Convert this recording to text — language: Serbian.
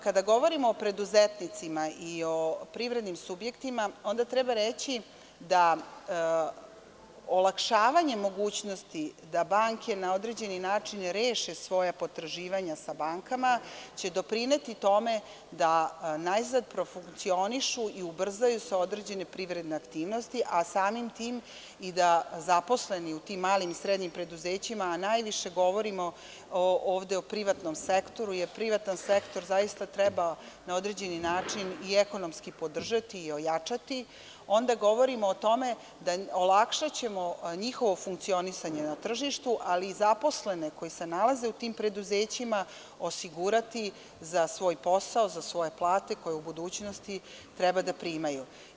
Kada govorimo o preduzetnicima i o privrednim subjektima, onda treba reći da olakšavanje mogućnosti da banke na određen način reše svoja potraživanja sa bankama će doprineti tome da najzad profunkcionišu i ubrzaju se određene privredne aktivnosti, a samim tim i da zaposleni u tim malim i srednjim preduzećima, najviše govorim ovde o privatnom sektoru jer privatan sektor zaista treba na određeni način i ekonomski podržati i ojačati, onda govorimo o tome – olakšaćemo njihovo funkcionisanje na tržištu, ali i zaposlene koji se nalaze u tim preduzećima osigurati za svoj posao, za svoje plate koje u budućnosti treba da primaju.